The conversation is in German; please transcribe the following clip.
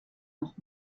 noch